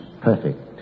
perfect